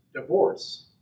divorce